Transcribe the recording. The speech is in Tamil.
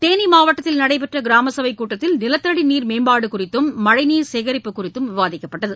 தேனி மாவட்டத்தில நடைபெற்ற கிராமசபைக் கூட்டத்தில் நிலத்தடிநீர் மேம்பாடு குறித்தும் மழைநீர் சேகரிப்பு குறித்தும் விவாதிக்கப்பட்டது